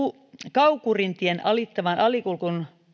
kaukurintien alittavan